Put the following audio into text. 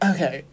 Okay